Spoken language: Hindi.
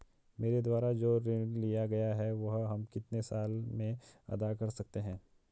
मेरे द्वारा जो ऋण लिया गया है वह हम कितने साल में अदा कर सकते हैं?